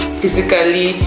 physically